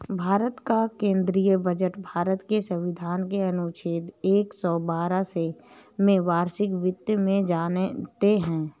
भारत का केंद्रीय बजट भारत के संविधान के अनुच्छेद एक सौ बारह में वार्षिक वित्त में जानते है